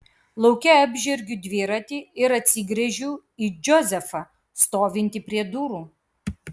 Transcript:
lauke apžergiu dviratį ir atsigręžiu į džozefą stovintį prie durų